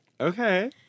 Okay